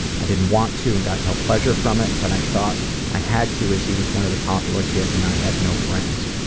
i didn't want to and got no pleasure from it but i thought i had to as he was one of the popular kids and i had no friends.